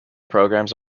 programs